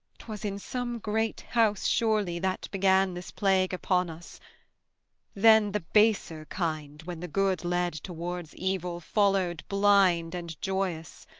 twas in some great house, surely, that began this plague upon us then the baser kind, when the good led towards evil, followed blind and joyous!